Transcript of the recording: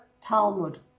Talmud